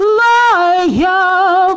loyal